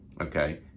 Okay